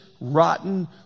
rotten